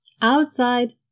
Outside